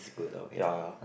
ya ya